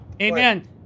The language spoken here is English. Amen